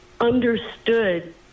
understood